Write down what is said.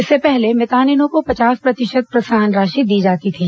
इससे पहले मितानिनों को पचास प्रतिशत प्रोत्साहन राशि दी जाती थी